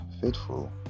faithful